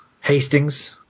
Hastings